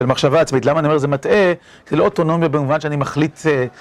של מחשבה עצמית, למה אני אומר שזה מטאה? זה לא אוטונומיה במובן שאני מחליט...